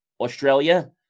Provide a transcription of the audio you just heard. Australia